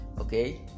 okay